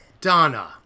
Donna